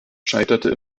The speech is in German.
scheiterte